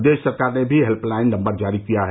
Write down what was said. प्रदेश सरकार ने भी हेल्यलाइन नम्बर जारी किया है